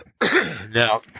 Now